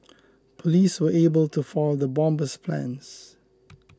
police were able to foil the bomber's plans